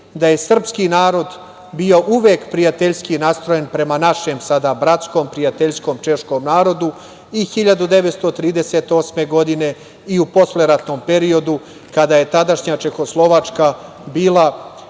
da se srpski narod bio uvek prijateljski nastrojen prema našem sada bratskom, prijateljskom češkom narodu i 1938. godine i u posleratnom periodu, kada je tadašnja Čehoslovačka bila